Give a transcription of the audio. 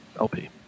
LP